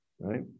right